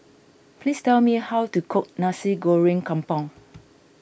please tell me how to cook Nasi Goreng Kampung